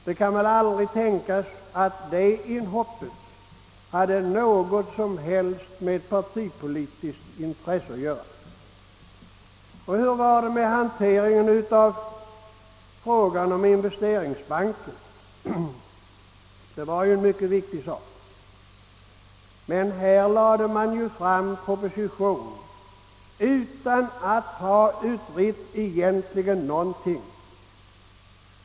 Det kan väl aldrig tänkas, att det inhoppet hade något som helst med partipolitiskt intresse att göra? Och hur var det med behandlingen av frågan om investeringsbanken; det var ju en mycket viktig sak? Här lade man fram en proposition utan att egentligen ha utrett någonting.